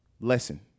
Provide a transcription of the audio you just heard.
Lesson